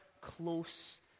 close